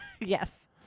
Yes